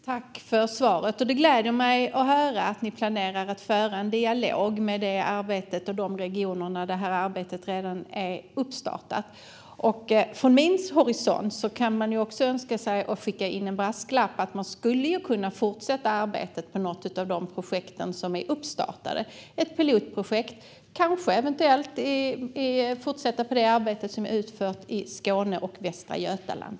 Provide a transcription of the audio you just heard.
Herr talman! Det gläder mig att höra att ni planerar att föra en dialog med tanke på det arbete som redan har påbörjats i en del regioner. Från min horisont önskar jag skicka med en brasklapp, nämligen att fortsätta arbetet med något av de påbörjade projekten - ett pilotprojekt. Eventuellt skulle det vara fråga om att fortsätta det arbete som är utfört i Skåne och Västra Götaland.